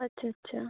আচ্ছা আচ্ছা